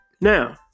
Now